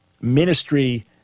ministry